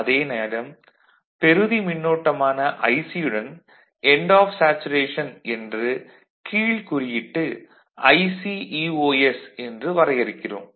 அதே நேரம் பெறுதி மின்னோட்டமான Ic யுடன் எண்ட் ஆஃப் சேச்சுரேஷன் என்று கீழ்க்குறியிட்டு IC என்று வரையறுக்கிறோம்